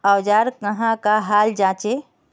औजार कहाँ का हाल जांचें?